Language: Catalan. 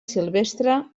silvestre